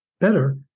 better